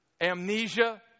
Amnesia